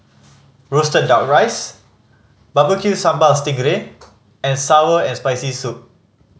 roasted Duck Rice Barbecue Sambal sting ray and sour and Spicy Soup